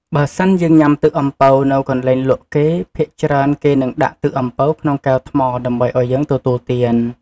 បើសិនយើងញុាំទឹកអំពៅនៅកន្លែងលក់គេ ភាគច្រើនគេនឹងដាក់ទឹកអំពៅក្នុងកែវថ្មដើម្បីឱ្យយើងទទួលទាន។